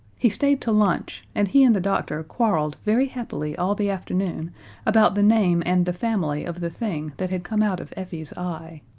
he stayed to lunch, and he and the doctor quarreled very happily all the afternoon about the name and the family of the thing that had come out of effie's eye.